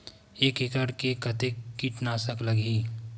एक एकड़ कतेक किट नाशक लगही?